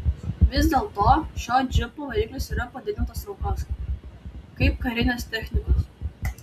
vis dėlto šio džipo variklis yra padidintos traukos kaip karinės technikos